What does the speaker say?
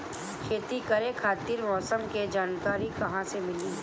खेती करे खातिर मौसम के जानकारी कहाँसे मिलेला?